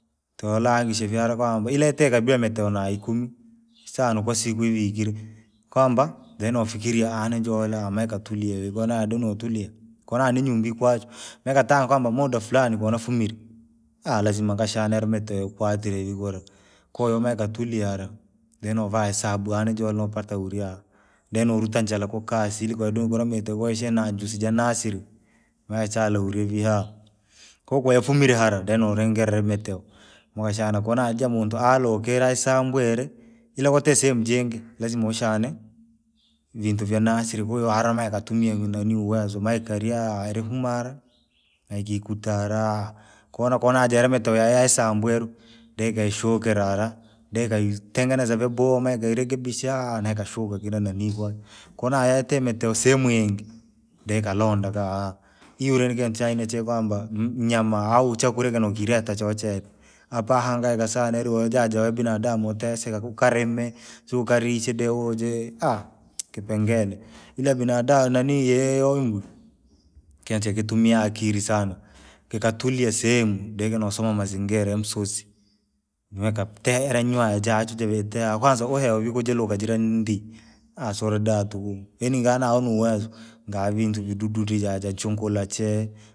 Tolangishe vyara kwamba ila yatii kabia miteo na ikumi, saa na kwasiku ivikine, kwamba! Denafikiria ninjoole amaikatulia konadome utulia, koona ninyuumbi kwachwe. Maaikitanga kwamba muda fulani konafunire, lazima nikashane miteo ikwatire vii kura, kahiyo maaikatulia hara, deno vaa hesabu ani joule upata uriya. De nooruta njala kwa kasi ili kena doma miteo kwashana njusi janasiri, mauchale urivia hara, kwaiyo ko yafumine hara doneringire miteo, maukashana kona jaamuntu alokie sambwire, ila kote sehemu jiingi, lazima ushane, vintu vyanasire kwaiyo hara maikatumi nani uwezo maikaria irifuma hara. naikikuta hara, kona konajaa iremiteo yaa- yasambweru, deikashukira hara, dee ikatengeneza vyaboha meikarekebisha! Naikashuwa kurenanii kwachwe, koona yatii miteo sehemu yingi. deikalonda iyure nikintu chee niche kwamba mu- mnyama au chakura ikireta choochene, hapa hangaika sana heri jaa–jabiaadamu uteseke ukarime. Siukarishe de uje kipengele, ila binadamu nanii yeye imbwi, kenche kitumia akiri sana, kikatulia sehemu, de kinosoma mazingira ya msosi. Vika tee ere nyoya jachwe jivetee kwanza uhewa vikujeluka jira nyuumbi, siuridaha tuku, yaani noona niuwezo, ngaa vintu vidudi vii jaa hunguala chee.